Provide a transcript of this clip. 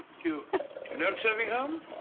do you note something, holmes?